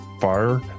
fire